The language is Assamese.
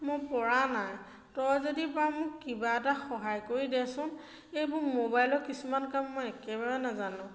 মই পৰা নাই তই যদি পাৰ মোক কিবা এটা সহায় কৰি দেচোন এইবোৰ মোবাইলৰ কিছুমান কাম মই একেবাৰে নাজানো